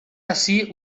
ací